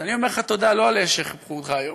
אז אני אומר לך תודה לא על אלה שחיבקו אותך היום,